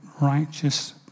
righteous